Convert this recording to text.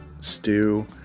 stew